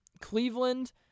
Cleveland